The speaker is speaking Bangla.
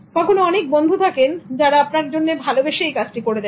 কখনো অনেক বন্ধু থাকেন যারা আপনার জন্য ভালোবেসে এই কাজটি করে দেবেন